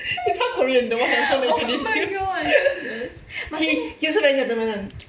the south korean the one that I show he he also very gentleman one